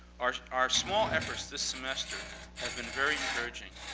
our our small efforts this semester have been very encouraging.